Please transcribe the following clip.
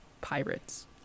Pirates